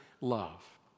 love